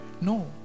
No